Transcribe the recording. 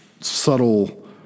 subtle